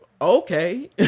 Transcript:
Okay